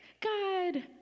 God